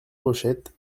rochette